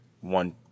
one